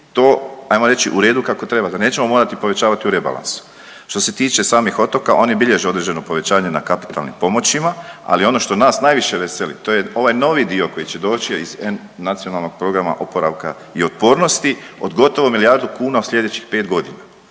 to ajmo reći u redu, kako treba, da nećemo morati povećavati u rebalansu. Što se tiče samih otoka oni bilježe određeno povećanje na kapitalnim pomoćima, ali ono što nas najviše veseli to je ovaj novi dio koji će doći iz NPOO-a od gotovo milijardu kuna u slijedećih 5.g.